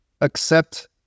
accept